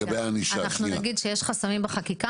אנחנו נגיד שיש חסמים בחקיקה,